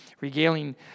regaling